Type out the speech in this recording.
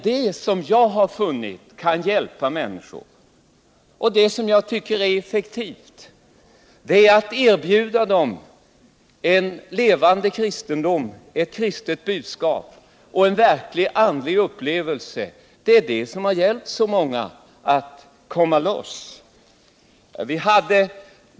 Det som jag har funnit kan hjälpa människor, och det jag tycker är effektivt är att erbjuda dem en levande kristendom, ett kristet budskap och en verklig andlig upplevelse. Det är det som hjälpt så många att komma loss.